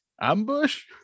Ambush